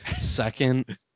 second